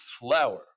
flour